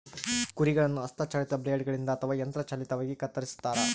ಕುರಿಗಳನ್ನು ಹಸ್ತ ಚಾಲಿತ ಬ್ಲೇಡ್ ಗಳಿಂದ ಅಥವಾ ಯಂತ್ರ ಚಾಲಿತವಾಗಿ ಕತ್ತರಿಸ್ತಾರ